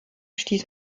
stieß